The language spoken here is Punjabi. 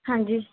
ਹਾਂਜੀ